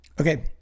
Okay